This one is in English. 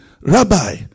Rabbi